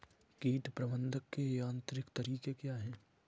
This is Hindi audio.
कीट प्रबंधक के यांत्रिक तरीके क्या हैं?